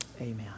Amen